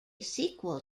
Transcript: sequel